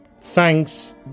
Thanks